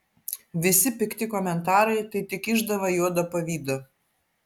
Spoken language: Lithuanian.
visi pikti komentarai tai tik išdava juodo pavydo